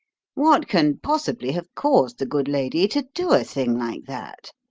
what can possibly have caused the good lady to do a thing like that?